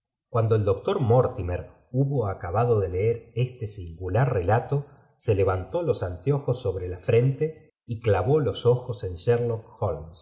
cuando el doctor mortimer hubo acabado de eer este singular relato se levantó los anteojos sobre la frente y clavó los ojos en sheriock